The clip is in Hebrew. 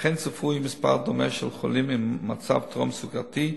וכן צפוי מספר דומה של חולים עם מצב טרום-סוכרתי,